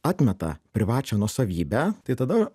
atmeta privačią nuosavybę tai tada